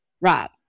Rob